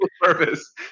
purpose